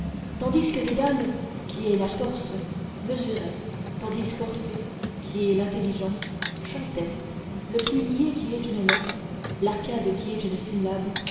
tandis que dédale qui est la force mesurait tandis qu'orphée qui est l'intelligence chantait le pilier qui est une lettre l'arcade qui est une syllabe